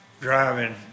driving